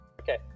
Okay